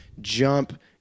jump